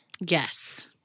yes